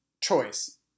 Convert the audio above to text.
choice